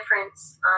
difference